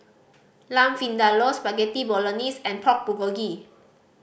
Lamb Vindaloo Spaghetti Bolognese and Pork Bulgogi